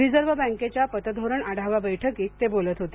reserve बँकेच्या पतधोरण आढावा बैठकीत ते बोलत होते